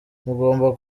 mugomba